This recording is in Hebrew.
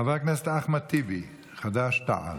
חבר הכנסת אחמד טיבי, חד"ש-תע"ל.